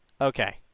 Okay